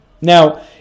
Now